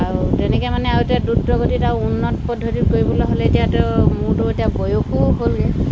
আৰু তেনেকৈ মানে আৰু এতিয়া দ্ৰুতগতিত আৰু উন্নত পদ্ধতি কৰিবলৈ হ'লে এতিয়াতো মোৰতো এতিয়া বয়সো হ'লগৈ